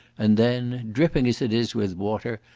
and then, dripping as it is with water,